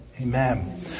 Amen